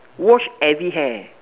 wash every hair